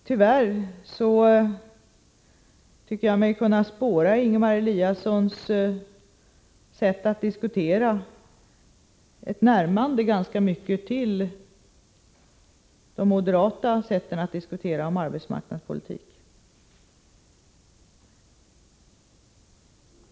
Tyvärr tycker jag mig i Ingemar Eliassons sätt att diskutera kunna spåra ett närmande till de moderata metoderna att diskutera arbetsmarknadspolitik.